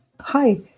Hi